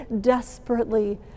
desperately